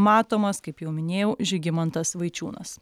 matomas kaip jau minėjau žygimantas vaičiūnas